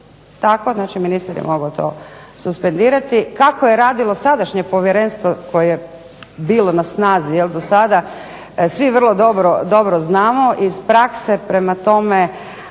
tako znači ministar je to mogao suspendirati. Kako je radilo sadašnje povjerenstvo koje je bilo na snazi do sada svi vrlo dobro znamo iz prakse. Prema tome,